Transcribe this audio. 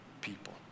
people